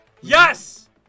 Yes